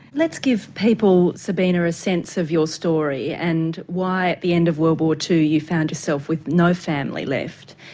let's give people, sabina, a sense of your story and why, at the end of world war two you found yourself with no family left.